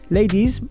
ladies